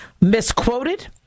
misquoted